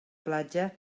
platja